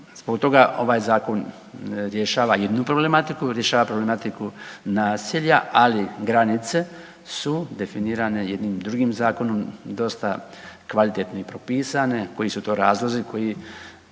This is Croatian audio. Zbog toga ovaj Zakon rješava jednu problematiku, rješava problematiku naselja, ali granice su definirane jednim drugim zakonom, dosta kvalitetno i propisane, koji su to razlozi koji